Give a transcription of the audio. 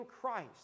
Christ